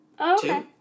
Okay